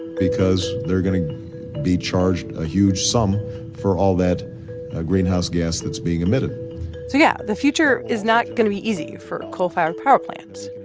because they're going to be charged a huge sum for all that ah greenhouse gas that's being emitted so yeah, the future is not going to be easy for coal-fired power plants.